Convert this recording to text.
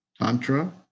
Tantra